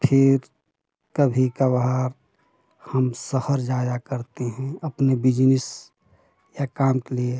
फिर कभी कभार हम शहर जाया करते हैं अपने बिज़नेस या काम के लिए